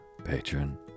patron